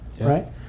right